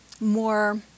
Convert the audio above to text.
more